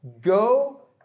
Go